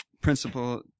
principle